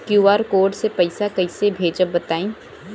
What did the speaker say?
QR code से पईसा कईसे भेजब बताई?